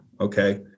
okay